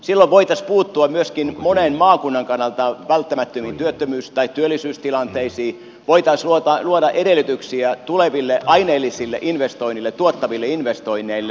silloin voitaisiin puuttua myöskin monen maakunnan kannalta välttämättömiin työllisyystilanteisiin voitaisiin luoda edellytyksiä tuleville aineellisille investoinneille tuottaville investoinneille